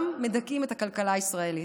מדכאים גם את הכלכלה הישראלית.